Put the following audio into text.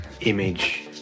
image